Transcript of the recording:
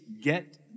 get